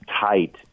tight